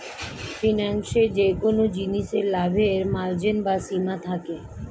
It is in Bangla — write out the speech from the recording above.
ফিন্যান্সে যেকোন জিনিসে লাভের মার্জিন বা সীমা থাকে